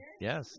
Yes